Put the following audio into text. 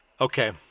Okay